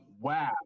wow